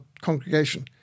congregation